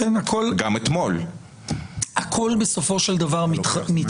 הכול מתחבר בסופו של דבר.